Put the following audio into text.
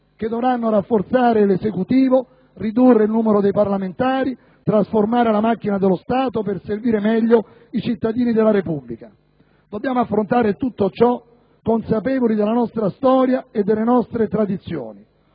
che dovranno rafforzare l'Esecutivo, ridurre il numero dei parlamentari, trasformare la macchina dello Stato per servire meglio i cittadini della Repubblica. Dobbiamo affrontare tutto ciò consapevoli della nostra storia e delle nostre tradizioni,